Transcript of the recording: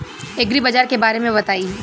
एग्रीबाजार के बारे में बताई?